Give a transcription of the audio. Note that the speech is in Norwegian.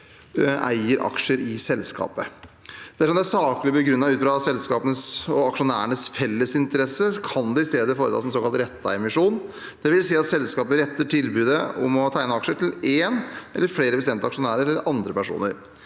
eier aksjer i selskapet. Dersom det er saklig begrunnet ut fra selskapenes og aksjonærenes fellesinteresse, kan det i stedet foretas en såkalt rettet emisjon, dvs. at selskapet retter tilbudet om å tegne aksjer til en eller flere bestemte aksjonærer eller andre personer.